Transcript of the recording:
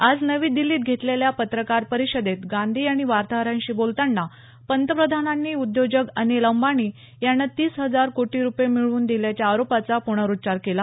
आज नवी दिल्लीत घेतलेल्या पत्रकार परिषदेत गांधी यांनी वार्ताहरांशी बोलताना पंतप्रधानांनी उद्योजक अनिल अंबानी यांना तीस हजार कोटी रुपये मिळवून दिल्याच्या आरोपाचा पुनरुच्चार केला